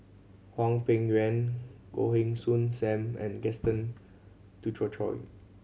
Hwang Peng Yuan Goh Heng Soon Sam and Gaston Dutronquoy